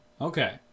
Okay